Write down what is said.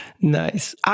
nice